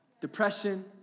Depression